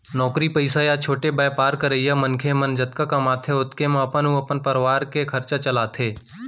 नौकरी पइसा या छोटे बयपार करइया मनखे मन जतका कमाथें ओतके म अपन अउ अपन परवार के खरचा चलाथें